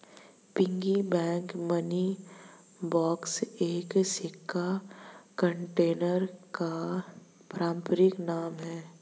piggy bank money box एक सिक्का container का पारंपरिक नाम है